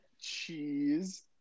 cheese